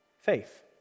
faith